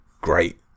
great